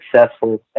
successful